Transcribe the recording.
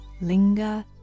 linger